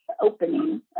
opening